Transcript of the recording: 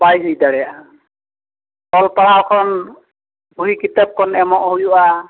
ᱵᱟᱭ ᱤᱫᱤ ᱫᱟᱲᱮᱭᱟᱜᱼᱟ ᱚᱞ ᱯᱟᱲᱦᱟᱣ ᱠᱷᱚᱱ ᱵᱩᱦᱤ ᱠᱤᱛᱟᱹᱵ ᱠᱷᱚᱱ ᱮᱢᱚᱜ ᱦᱩᱭᱩᱜᱼᱟ